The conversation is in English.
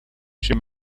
she